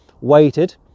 waited